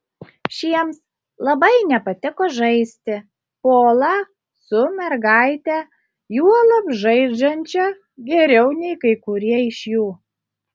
šiems labai nepatiko žaisti polą su mergaite juolab žaidžiančia geriau nei kai kurie iš jų